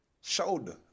shoulder